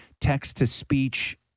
text-to-speech